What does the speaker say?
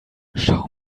schau